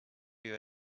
you